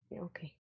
Okay